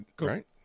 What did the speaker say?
right